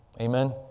Amen